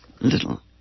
little